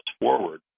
Forward